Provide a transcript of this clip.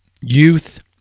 youth